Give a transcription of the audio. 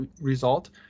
result